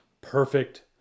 perfect